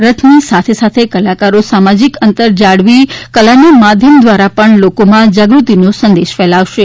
રથની સાથે સાથે કલાકારો સામાજિક અંતર જાળવી કલાના માધ્યમ દ્વારા પણ લોકોમાં જાગૃતિના સંદેશ ફેલાવશે